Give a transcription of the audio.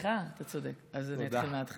סליחה, אתה צודק, אז אני אתחיל מהתחלה.